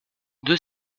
deux